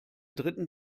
dritten